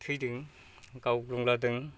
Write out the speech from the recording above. थैदों गावग्लुंलादों